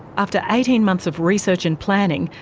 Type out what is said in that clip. after eighteen months of research and planning,